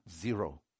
zero